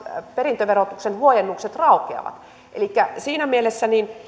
perintöverotuksen huojennukset raukeavat elikkä siinä mielessä